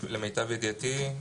למיטב ידיעתי,